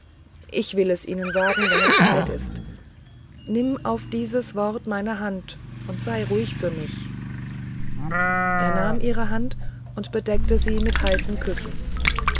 ich will es ihnen sagen wenn es zeit ist nimm auf dies wort meine hand und sei ruhig für mich er nahm ihre hand und bedeckte sie mit heißen küssen